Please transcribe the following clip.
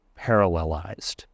parallelized